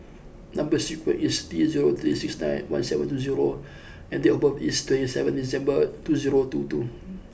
number sequence is T zero three six nine one seven two zero and date of birth is twenty seventh December two zero two two